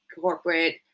corporate